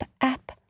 app